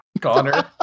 Connor